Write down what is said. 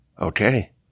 okay